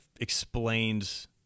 explains